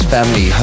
Family